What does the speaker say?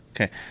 Okay